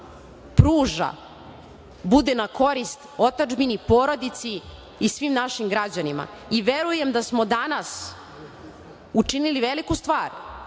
pruža bude na korist otadžbini, porodici i svim našim građanima. Verujem da smo danas učinili veliku stvar